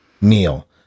meal